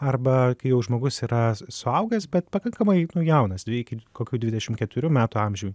arba kai jau žmogus yra suaugęs bet pakankamai nu jaunas beveik iki kokių dvidešim keturių metų amžių